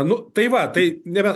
nu tai va tai nebe